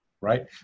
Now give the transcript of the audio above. right